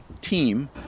team